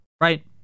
right